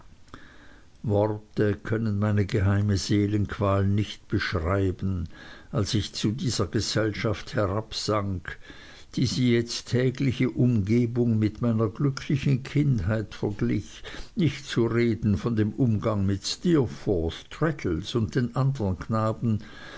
worte können meine geheime seelenqual nicht beschreiben als ich zu dieser gesellschaft herabsank diese jetzt tägliche umgebung mit meiner glücklichen kindheit verglich nicht zu reden von dem umgang mit steerforth traddles und den andern knaben